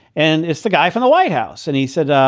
and it's the guy from the white house. and he said, um